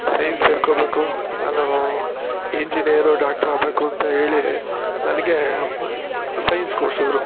science ಸೇರ್ಕೊಬೇಕು ನಾನು engineer doctor ಆಗಬೇಕು ಅಂತ ಹೇಳಿ ನನಗೆ ಸೈನ್ಸ್ ಕೊಡಿಸಿದ್ರು